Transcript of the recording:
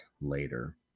later